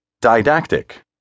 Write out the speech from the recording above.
Didactic